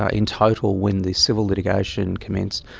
ah in total, when the civil litigation commenced,